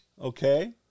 Okay